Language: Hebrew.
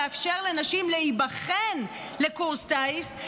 לאפשר לנשים להיבחן לקורס טיס,